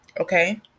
Okay